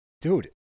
Dude